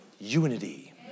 Unity